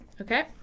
Okay